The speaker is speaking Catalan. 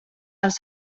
els